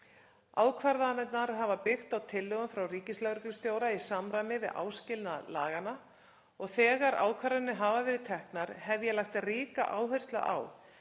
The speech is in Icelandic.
Ákvarðanirnar hafa byggt á tillögum frá ríkislögreglustjóra í samræmi við áskilnað laganna og þegar ákvarðanir hafa verið teknar hef ég lagt ríka áherslu á